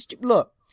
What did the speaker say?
look